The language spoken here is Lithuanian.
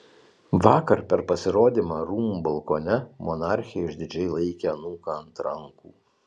vakar per pasirodymą rūmų balkone monarchė išdidžiai laikė anūką ant rankų